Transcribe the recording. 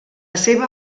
seva